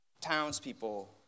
Townspeople